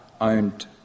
owned